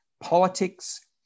politics